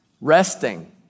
Resting